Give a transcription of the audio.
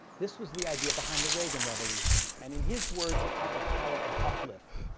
this was the idea behind the reagan revolution and in his words it had the power of uplift,